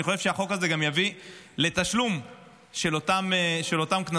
אני חושב שהחוק הזה גם יביא לתשלום של אותם קנסות,